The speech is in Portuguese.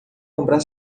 comprar